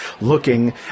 looking